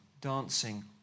dancing